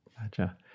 Gotcha